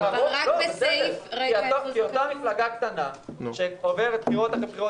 כי אותה מפלגה קטנה שעוברת בחירות אחרי בחירות